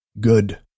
Good